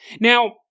Now